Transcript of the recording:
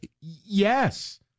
Yes